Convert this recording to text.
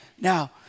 Now